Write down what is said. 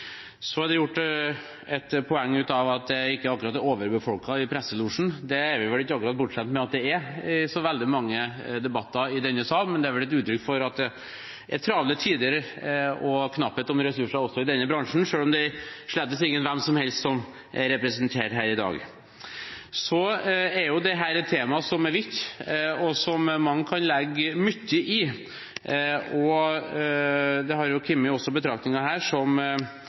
Så er det gjort et poeng av at det ikke akkurat er overbefolket i presselosjen. Det er vi vel ikke akkurat bortskjemt med at det er i så veldig mange debatter i denne sal heller, men det er vel et uttrykk for at det er travle tider og knapphet på ressurser også i denne bransjen, selv om det slett ikke er hvem som helst som er representert her i dag. Dette er et tema som er vidt, og som mange kan legge mye i. Det har jo også kommet betraktninger her som